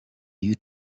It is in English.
you